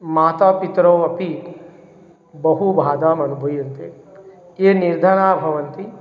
मातापितरौ अपि बहु बाधामनुभूयन्ते ये निर्धना भवन्ति